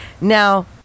Now